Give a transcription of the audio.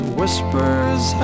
whispers